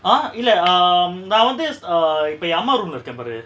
ah இல்ல:illa um நா வந்து:na vanthu is err இப்ப எ அம்மா:ippa ye amma room lah இருக்க பாரு:iruka paaru